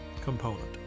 component